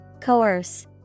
Coerce